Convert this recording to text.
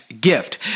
gift